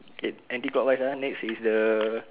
eh anti clockwise ah next is the